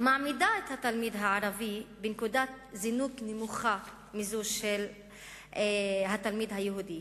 מעמידים את התלמיד הערבי בנקודת זינוק נמוכה מזו של התלמיד היהודי,